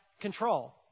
control